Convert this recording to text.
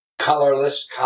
Colorless